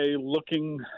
looking